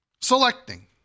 selecting